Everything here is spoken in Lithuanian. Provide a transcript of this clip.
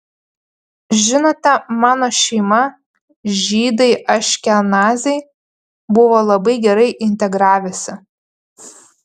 žinote mano šeima žydai aškenaziai buvo labai gerai integravęsi